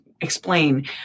explain